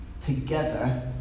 together